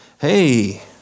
hey